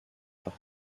par